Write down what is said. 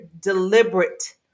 deliberate